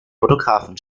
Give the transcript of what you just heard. fotografen